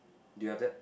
do you have that